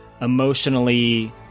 emotionally